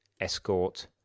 escort